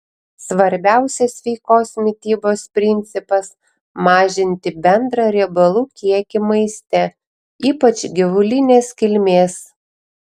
svarbiausias sveikos mitybos principas mažinti bendrą riebalų kiekį maiste ypač gyvulinės kilmės